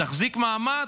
תחזיק מעמד,